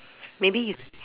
maybe you